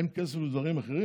אין כסף לדברים אחרים.